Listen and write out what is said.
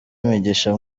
imigisha